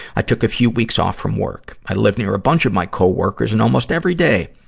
i took a few weeks off from work. i live near a bunch of my co-workers. and almost every day,